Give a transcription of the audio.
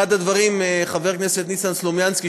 חבר הכנסת ניסן סלומינסקי,